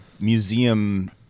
museum